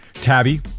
tabby